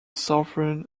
southern